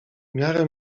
miarę